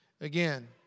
Again